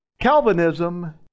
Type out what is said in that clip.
Calvinism